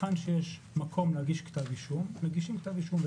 היכן שיש מקום להגיש כתב אישום, נגיש כתב אישום.